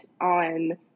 on